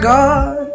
God